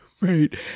right